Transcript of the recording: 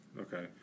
Okay